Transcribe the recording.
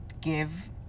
give